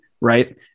right